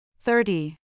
Thirty